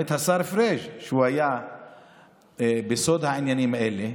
גם את השר פריג' שהוא היה בסוד העניינים האלה,